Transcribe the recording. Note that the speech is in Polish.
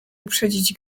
uprzedzić